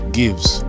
gives